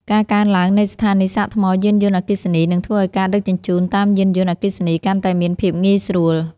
ការកើនឡើងនៃស្ថានីយសាកថ្មយានយន្តអគ្គិសនី នឹងធ្វើឱ្យការដឹកជញ្ជូនតាមយានយន្តអគ្គិសនីកាន់តែមានភាពងាយស្រួល។